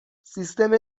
سیستم